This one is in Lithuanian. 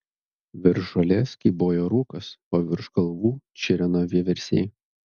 virš žolės kybojo rūkas o virš kalvų čireno vieversiai